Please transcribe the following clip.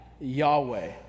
Yahweh